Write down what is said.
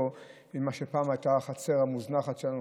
פעם זאת הייתה החצר המוזנחת שלנו,